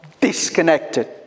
disconnected